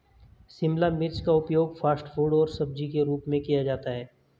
शिमला मिर्च का उपयोग फ़ास्ट फ़ूड और सब्जी के रूप में किया जाता है